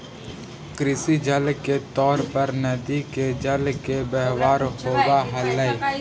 कृषि जल के तौर पर नदि के जल के व्यवहार होव हलई